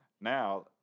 Now